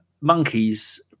monkeys